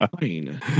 Fine